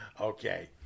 Okay